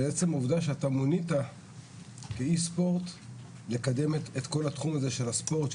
בעצם העובדה שאתה מונית כאיש ספורט לקדם את כל התחום הזה של הספורט,